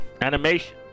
animation